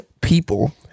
people